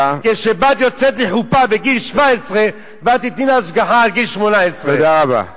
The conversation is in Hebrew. כשבת יוצאת לחופה בגיל 17 ואת תיתני לה השגחה עד גיל 18. תודה רבה.